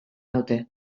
naute